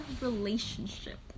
relationship